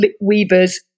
weavers